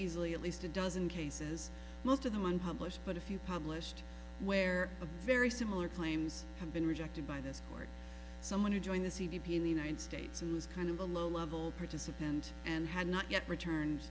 easily at least a dozen cases most of the one published but a few published where a very similar claims have been rejected by this board someone who joined the c b p in the united states who was kind of a low level participant and had not yet returned